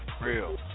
real